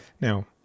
Now